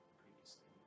previously